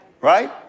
right